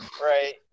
Right